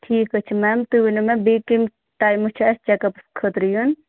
ٹھِیٖکھ حظ چھُ میم تُہۍ ؤنِو مےٚ بیٚیہِ کمہِ ٹایمہٕ چھُ اَسہِ چیک اَپس خٲطرٕ یُن